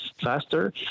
faster